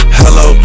hello